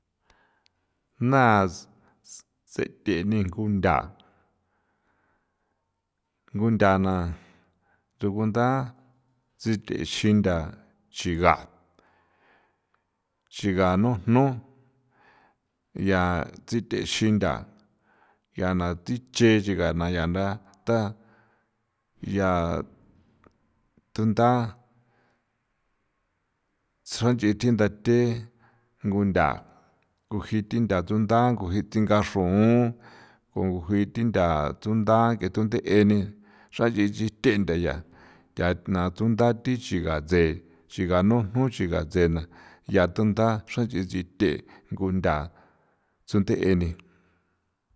Na sethe ni kuntha na rugunda sithe xintha xiga xiga jnu jnu ya tsithe xintha ya na thi nche chigana ya ntha ta ya thuntha tsuanch'i thindathe nguntha nguji thintha chuntha nguji tsinga xrun 'on nguji thintha suntha ng'e thunde'e ni xranch'i chithe ndaya tha na ts'unta thi chigatse xiga nujun xigatse na ya thantha xranch'i chithe kuntha sunthe eni.